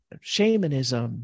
shamanism